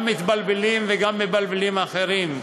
גם מתבלבלים וגם מבלבלים אחרים.